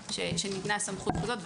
אולי ניתנה סמכות כזאת.